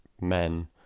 men